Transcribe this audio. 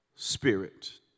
Spirit